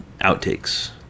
outtakes